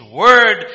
word